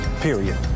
Period